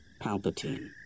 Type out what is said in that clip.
Palpatine